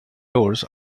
doors